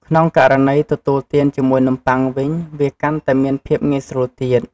ក្នុងករណីទទួលទានជាមួយនំបុ័ងវិញ វាកាន់តែមានភាពងាយស្រួលទៀត។